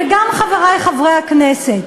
וגם, חברי חברי הכנסת,